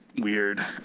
weird